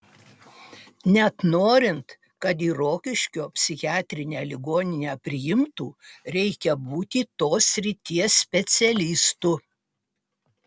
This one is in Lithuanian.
net norint kad į rokiškio psichiatrinę ligoninę priimtų reikia būti tos srities specialistu